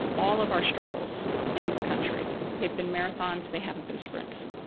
all of our struggles in this country they've been marathons, they haven't been sprints.